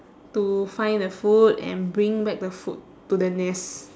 to find the food and bring back the food to the nest